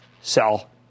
Sell